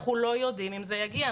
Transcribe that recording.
אנחנו לא יודעים אם זה יגיע.